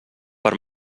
per